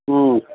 ꯎꯝ